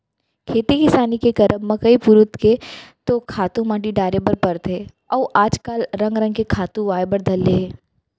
खेती किसानी के करब म कई पुरूत के तो खातू माटी डारे बर परथे अउ आज काल रंग रंग के खातू आय बर धर ले हे